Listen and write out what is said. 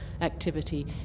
activity